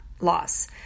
loss